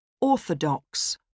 Orthodox